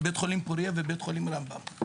בית חולים פורייה ובית חולים רמב"ם.